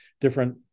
different